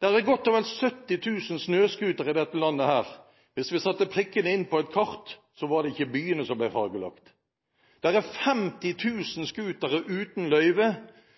Det er godt og vel 70 000 snøscootere i dette landet. Hvis vi satte prikkene inn på et kart, var det ikke byene som ble fargelagt. Det er 50 000 scootere uten løyve